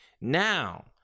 Now